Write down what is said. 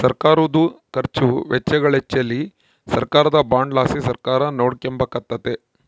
ಸರ್ಕಾರುದ ಖರ್ಚು ವೆಚ್ಚಗಳಿಚ್ಚೆಲಿ ಸರ್ಕಾರದ ಬಾಂಡ್ ಲಾಸಿ ಸರ್ಕಾರ ನೋಡಿಕೆಂಬಕತ್ತತೆ